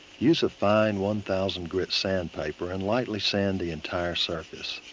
use a fine one thousand grit sandpaper and lightly sand the entire surface.